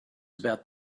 about